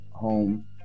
Home